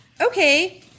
Okay